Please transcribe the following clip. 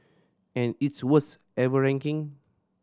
and its worst ever ranking